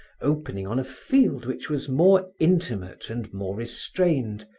opening on a field which was more intimate and more restrained,